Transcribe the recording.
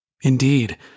Indeed